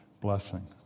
blessing